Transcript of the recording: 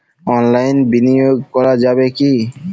অনলাইনে বিনিয়োগ করা যাবে কি?